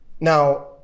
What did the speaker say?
Now